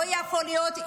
זה לא יכול להיות.